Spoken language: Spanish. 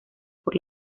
por